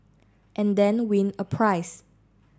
and then win a prize